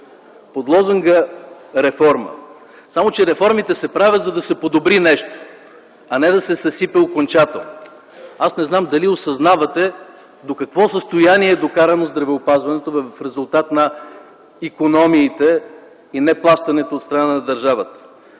под лозунга „Реформа”. Само че, реформите се правят, за да се подобри нещо, а не да се съсипе окончателно. Аз не зная дали осъзнавате до какво състояние е докарано здравеопазването в резултат на икономиите и неплащането от страна на държавата.